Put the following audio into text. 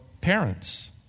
parents